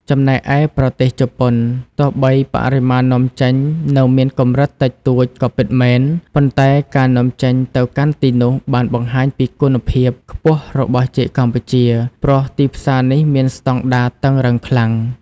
ចំណែកឯប្រទេសជប៉ុន ទោះបីបរិមាណនាំចេញនៅមានកម្រិតតិចតួចក៏ពិតមែន ប៉ុន្តែការនាំចេញទៅកាន់ទីនោះបានបង្ហាញពីគុណភាពខ្ពស់របស់ចេកកម្ពុជា ព្រោះទីផ្សារនេះមានស្តង់ដារតឹងរ៉ឹងខ្លាំង។